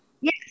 Yes